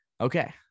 Okay